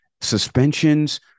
suspensions